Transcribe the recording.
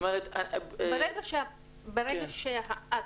ברגע שאת